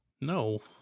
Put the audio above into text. No